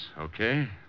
Okay